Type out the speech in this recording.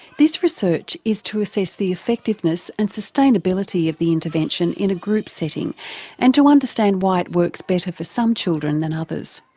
this research is to assess the effectiveness and sustainability of the intervention in a group setting and to understand why it works better for some children than others.